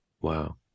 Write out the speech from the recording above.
wow